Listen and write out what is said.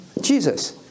Jesus